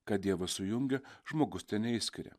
ką dievas sujungė žmogus teneišskiria